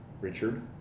Richard